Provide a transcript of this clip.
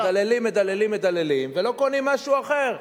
מדללים, מדללים, מדללים ולא קונים משהו אחר.